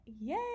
Yay